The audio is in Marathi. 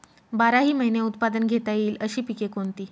बाराही महिने उत्पादन घेता येईल अशी पिके कोणती?